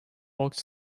walked